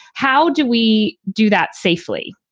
how do we do that safely?